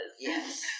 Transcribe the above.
Yes